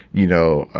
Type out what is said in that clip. you know,